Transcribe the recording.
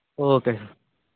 okay sir